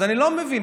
אז אני לא מבין,